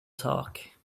talk